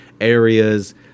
areas